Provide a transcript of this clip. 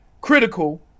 critical